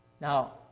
Now